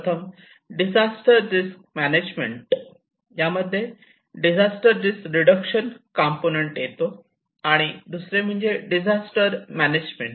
प्रथम disaster risk management यामध्ये disaster risk reduction हा कंपोनेंट येतो आणि दुसरे डिजास्टर मॅनेजमेंट